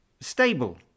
stable